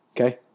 okay